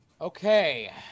Okay